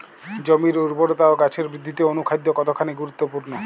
জমির উর্বরতা ও গাছের বৃদ্ধিতে অনুখাদ্য কতখানি গুরুত্বপূর্ণ?